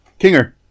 Kinger